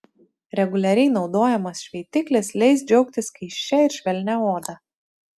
reguliariai naudojamas šveitiklis leis džiaugtis skaisčia ir švelnia oda